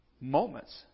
moments